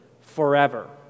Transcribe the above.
forever